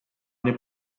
nie